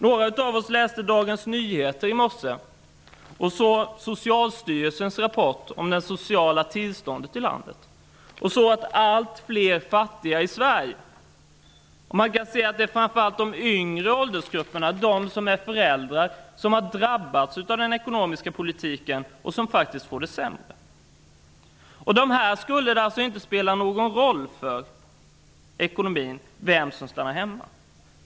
Några av oss såg i Dagens Nyheter i morse Socialstyrelsens rapport om det sociala tillståndet i landet. Där stod om allt fler fattiga i Sverige. Man kan se att det gäller framför allt de yngre åldersgrupperna. De som är föräldrar har drabbats av den ekonomiska politiken och faktiskt fått det sämre. Och för dem skulle alltså ekonomin inte spela någon roll när det gäller att bestämma vem som skall stanna hemma?